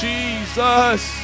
Jesus